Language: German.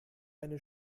eine